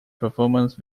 performances